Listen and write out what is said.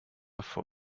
for